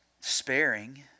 sparing